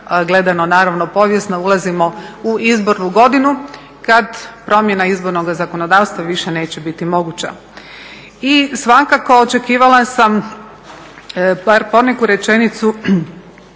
gledano naravno povijesno, ulazimo u izbornu godinu kad promjena izbornoga zakonodavstva više neće biti moguća. I svakako očekivala sam bar poneku rečenicu